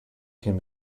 can